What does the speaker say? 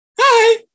Hi